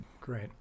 Great